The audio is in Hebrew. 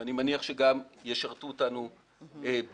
ואני מניח שגם ישרתו אותנו בעתיד.